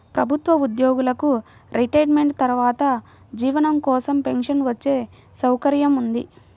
ప్రభుత్వ ఉద్యోగులకు రిటైర్మెంట్ తర్వాత జీవనం కోసం పెన్షన్ వచ్చే సౌకర్యం ఉంది